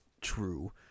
true